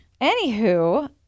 Anywho